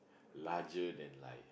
larger than life